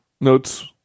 notes